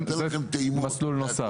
זה מסלול נוסף.